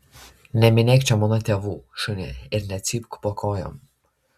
neminėk čia mano tėvų šunie ir necypk po kojom